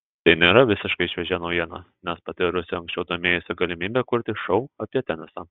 tai nėra visiškai šviežia naujiena nes pati rusė anksčiau domėjosi galimybe kurti šou apie tenisą